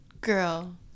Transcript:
Girl